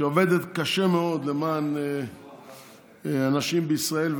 שעובדת קשה מאוד למען אנשים בישראל,